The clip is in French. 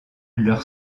leur